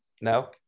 No